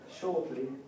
shortly